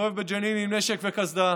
נסתובב בג'נין עם נשק וקסדה,